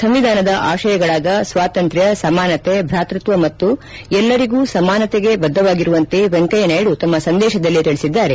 ಸಂವಿಧಾನದ ಆಶಯಗಳಾದ ಸ್ವಾತಂತ್ರ್ ಸಮಾನತೆ ಭಾತೃತ್ವ ಮತ್ತು ಎಲ್ಲರಿಗೂ ಸಮಾನತೆಗೆ ಬದ್ದವಾಗಿರುವಂತೆ ವೆಂಕಯ್ಯನಾಯ್ಡು ತಮ್ಮ ಸಂದೇಶದಲ್ಲಿ ತಿಳಿಸಿದ್ದಾರೆ